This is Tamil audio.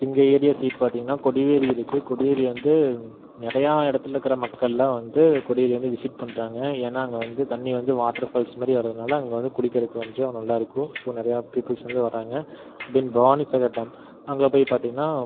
எங்கள் ஏரியா சைடு பார்த்தீங்கனா கொடிவேரி இருக்குது கொடிவேரி வந்து நிறையா இடத்துலருக்குற மக்கள்லாம் வந்து கொடிவேரி வந்து விசிட் பண்ணுறாங்க ஏன்னா அங்கே வந்து தண்ணி வந்து வாட்டர் ஃபால்ஸ் மாதிரி வரதுனால அங்கே வந்து குளிக்கிறதுக்கு கொஞ்சம் நல்லா இருக்கும் ஸோ நிறையா பிபல்ஸ் வந்து வராங்க தென் பவானி சாகர் டேம் அங்கே போய் பார்த்தீங்கனா